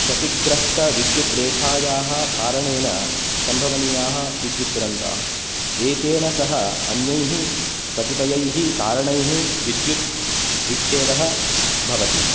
क्षतिग्रस्तविद्युतायाः कारणेन सम्भवनीयाः विद्युत् दुरन्ताः एतेन सह अन्यैः कतिपयैः कारणैः विद्युत् विच्छेदः भवति